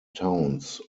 towns